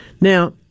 Now